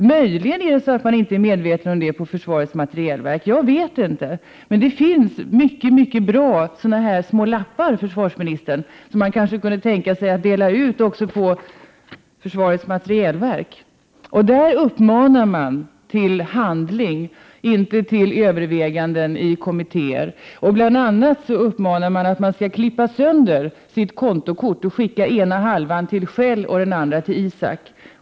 Möjligen är de inte medvetna om den på försvarets materielverk. Jag vet inte. Men det finns mycket bra små lappar, försvarsministern, som man kanske kunde tänka sig dela ut även på försvarets materielverk. På dessa uppmanas man till handling, inte till överväganden i kommittéer. Bl.a. uppmanas man att klippa sönder sitt kontokort och skicka ena halvan till Shell och den andra till ISAK.